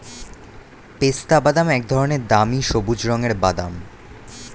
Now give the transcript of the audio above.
পেস্তাবাদাম এক ধরনের দামি সবুজ রঙের বাদাম